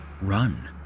Run